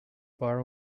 bar